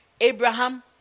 Abraham